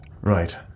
Right